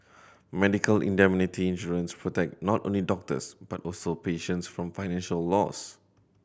medical indemnity insurance protect not only doctors but also patients from financial loss